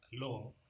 Law